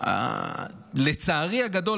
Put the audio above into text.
לצערי הגדול,